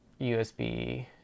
USB